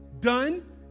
Done